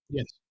Yes